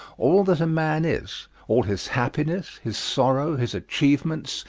all that a man is, all his happiness, his sorrow, his achievements,